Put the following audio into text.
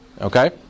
Okay